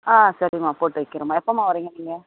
ஆ சரிம்மா போட்டு வைக்கிறேம்மா எப்போம்மா வரீங்க நீங்கள்